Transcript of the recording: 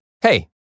Hey